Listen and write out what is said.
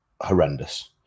horrendous